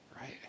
right